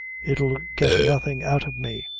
it'll get nothing out of me.